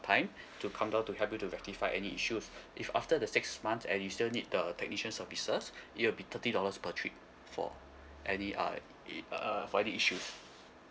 time to come down to help you to rectify any issues if after the sixth month and you still need the technician services it'll be thirty dollars per trip for any ah uh for any issue